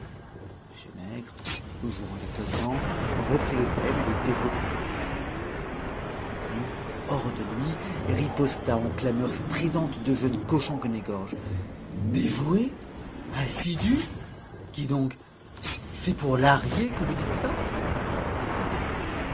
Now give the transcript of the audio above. m nègre jouant l'étonnement reprit le thème et le développa de la hourmerie hors de lui riposta en clameurs stridentes de jeune cochon qu'on égorge dévoué assidu qui donc c'est pour lahrier que vous dites ça dame